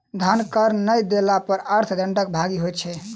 धन कर नै देला पर अर्थ दंडक भागी होइत छै